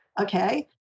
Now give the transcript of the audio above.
okay